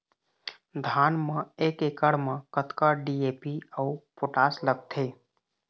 धान म एक एकड़ म कतका डी.ए.पी अऊ पोटास लगथे?